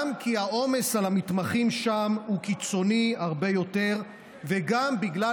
גם כי העומס על המתמחים שם הוא קיצוני הרבה יותר וגם בגלל